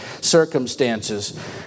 circumstances